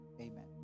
Amen